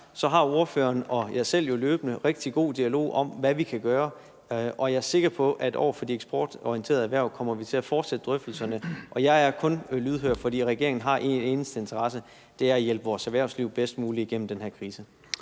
har ordføreren og jeg selv jo løbende rigtig god dialog om, hvad vi kan gøre, og jeg er sikker på, at vi kommer til at fortsætte drøftelserne om de eksportorienterede erhverv. Jeg er kun lydhør, fordi regeringen har en eneste interesse, og det er at hjælpe vores erhvervsliv bedst muligt igennem den her krise.